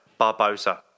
Barbosa